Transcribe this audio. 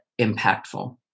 impactful